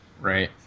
Right